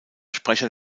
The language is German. sprecher